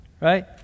right